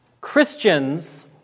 Christians